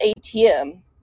ATM